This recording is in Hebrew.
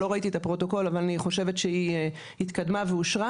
אני לא ראיתי את הפרוטוקול אבל אני חושבת שהיא התקדמה ואושרה.